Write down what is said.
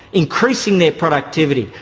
increasing their productivity,